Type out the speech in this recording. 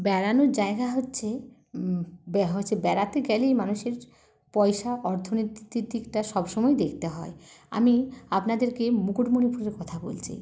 বেড়ানোর জায়গা হচ্ছে বেড়াতে গেলেই মানুষের পয়সা অর্থনীতিক দিকটা সব সময় দেখতে হয় আমি আপনাদেরকে মুকুটমণিপুরের কথা বলছি